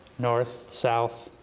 north, south,